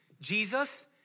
Jesus